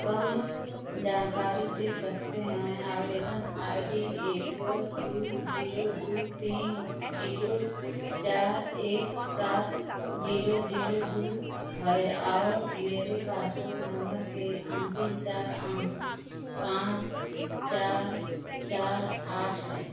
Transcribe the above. तन जानकारी दे सकते हैं आवेदन I D A P L दो जीरो दो तीन जीरो चार एक सात जीरो जीरो दो है और मेरे पासपोर्ट नम्बर के अंतिम चार अंक पाँच चार चार आठ है